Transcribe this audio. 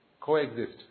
coexist